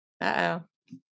Uh-oh